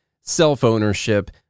self-ownership